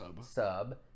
sub